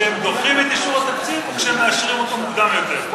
כשהם דוחים את אישור התקציב או כשהם מאשרים אותו מוקדם יותר.